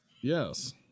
Yes